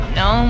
no